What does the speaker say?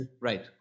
Right